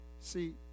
See